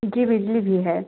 जी बिजली भी है